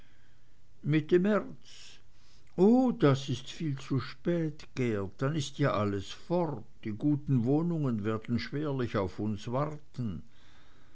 mitte märz oh das ist viel zu spät geert dann ist ja alles fort die guten wohnungen werden schwerlich auf uns warten